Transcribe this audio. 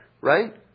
Right